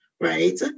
right